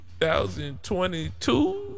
2022